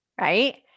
right